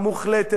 מנווטת,